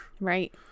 Right